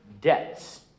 debts